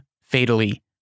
fatally